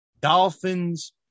Dolphins